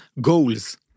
goals